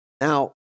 Now